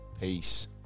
Peace